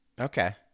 okay